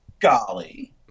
golly